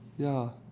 ya